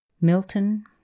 Milton